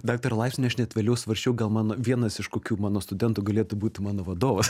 daktaro laipsnį aš net vėliau svarsčiau gal mano vienas iš kokių mano studentų galėtų būti mano vadovas